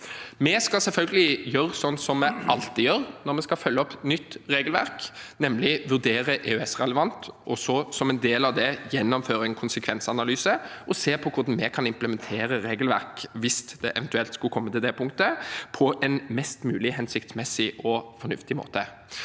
Vi skal selvfølgelig gjøre som vi alltid gjør når vi skal følge opp nytt regelverk, nemlig vurdere EØS-relevans og som en del av det gjennomføre en konsekvensanalyse og se på hvordan vi kan implementere regelverket – hvis det eventuelt skulle komme til det punktet – på en mest mulig hensiktsmessig og fornuftig måte.